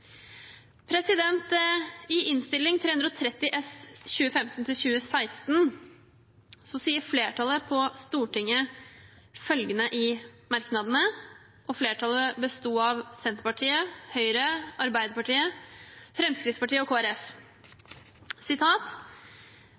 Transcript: I Innst. 330 S for 2015–2016 sier flertallet på Stortinget, bestående av Senterpartiet, Høyre, Arbeiderpartiet, Fremskrittspartiet og Kristelig Folkeparti, følgende i merknadene: